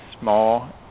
small